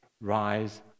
rise